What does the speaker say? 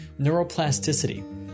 neuroplasticity